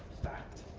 fact,